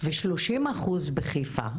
ו-30% בחיפה.